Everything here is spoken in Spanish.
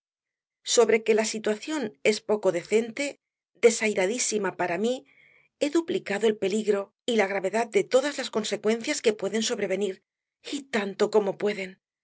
sobre que la situación es poco decente desairadísima para mí he duplicado el peligro y la gravedad de todas las consecuencias que pueden sobrevenir y tanto como pueden